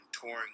touring